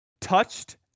touched